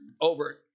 over